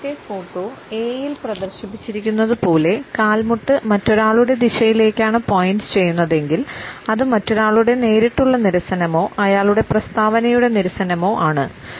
ആദ്യത്തെ photo A യിൽ പ്രദർശിപ്പിച്ചിരിക്കുന്നതുപോലെ കാൽമുട്ട് മറ്റൊരാളുടെ ദിശയിലേക്കാണ് പോയിന്റ് ചെയ്യുന്നതെങ്കിൽ അത് മറ്റൊരാളുടെ നേരിട്ടുള്ള നിരസനമോ അയാളുടെ പ്രസ്താവനയുടെ നിരസനമോ ആണ്